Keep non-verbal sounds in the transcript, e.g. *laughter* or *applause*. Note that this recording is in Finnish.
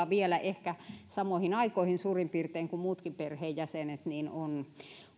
*unintelligible* vielä ehkä samoihin aikoihin suurin piirtein kuin muutkin perheenjäsenet on